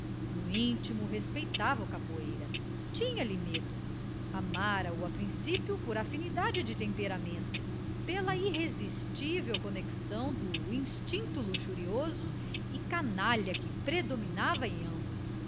no intimo respeitava o capoeira tinha-lhe medo amara o a principio por afinidade de temperamento pela irresistível conexão do instinto luxurioso e canalha que predominava em ambos